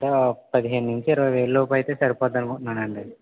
ప పదిహేనుంచి ఇరవై వేలులోపు అయితే సరిపోతది అనుకుంటున్నానండి